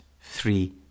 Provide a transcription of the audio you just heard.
three